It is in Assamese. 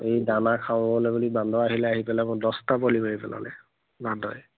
এই দানা খাবলৈ বুলি বান্দৰ আহিলে আহি পেলাই মোৰ দহটা পোৱালি মাৰি পেলালে বান্দৰে